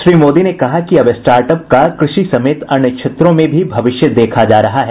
श्री मोदी ने कहा कि अब स्टार्ट अप का कृषि समेत अन्य क्षेत्रों में भी भविष्य देखा जा रहा है